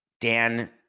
Dan